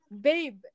babe